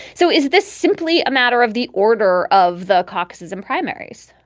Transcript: so is this simply a matter of the order of the caucuses and primaries?